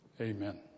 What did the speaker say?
amen